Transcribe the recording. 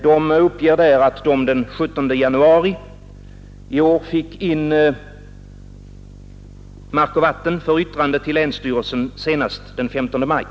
Man uppger att kommunen den 17 januari i år fick in betänkandet Hushållning med mark och vatten för yttrande till länsstyrelsen senast den 15 maj.